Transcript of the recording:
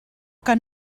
que